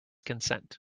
consent